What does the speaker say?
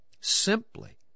Simply